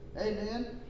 Amen